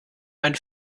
ein